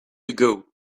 ago